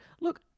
Look